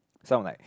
sound like